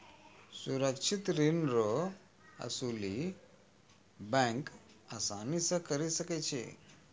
सुरक्षित ऋण रो असुली बैंक आसानी से करी सकै छै